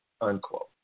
unquote